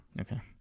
okay